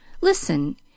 Listen